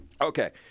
Okay